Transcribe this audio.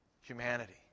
humanity